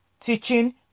teaching